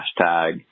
hashtag